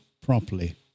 properly